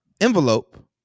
envelope